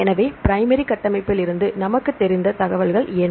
எனவே பிரைமரி கட்டமைப்பிலிருந்து நமக்குத் தெரிந்த தகவல்கள் என்ன